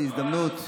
זו הזדמנות,